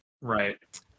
right